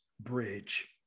Bridge